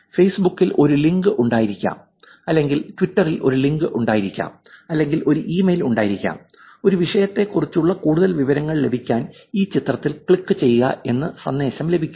ഫേസ്ബുക്കിൽ ഒരു ലിങ്ക് ഉണ്ടായിരിക്കാം അല്ലെങ്കിൽ ട്വിറ്ററിൽ ഒരു ലിങ്ക് ഉണ്ടായിരിക്കാം അല്ലെങ്കിൽ ഒരു ഇമെയിൽ ഉണ്ടായിരിക്കാം ഒരു വിഷയത്തെ കുറിച്ചുള്ള കൂടുതൽ വിവരങ്ങൾ ലഭിക്കാൻ ഈ ചിത്രത്തിൽ ക്ലിക്ക് ചെയ്യുക എന്ന് സന്ദേശം ലഭിക്കും